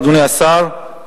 אדוני השר,